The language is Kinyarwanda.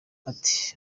ati